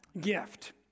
gift